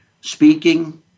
speaking